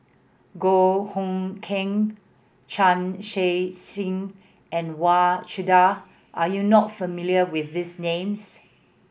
Goh Hood Keng Chan Chun Sing and Wang Chunde are you not familiar with these names